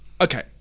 Okay